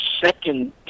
second